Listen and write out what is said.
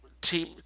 team